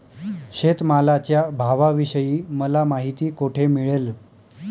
शेतमालाच्या भावाविषयी मला माहिती कोठे मिळेल?